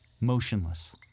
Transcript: motionless